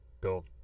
go